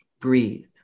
breathe